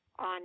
On